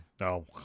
No